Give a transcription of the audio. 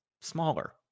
smaller